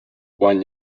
one